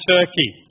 Turkey